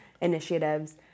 initiatives